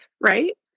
right